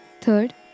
third